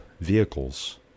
vehicles